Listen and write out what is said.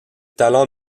talents